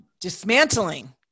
dismantling